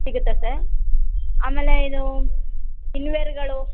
ಸಿಗುತ್ತಾ ಸರ್ ಆಮೇಲೆ ಇದು ಇನ್ ವೇರ್ಗಳು